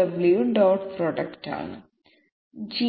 Rw dot product ആണ് G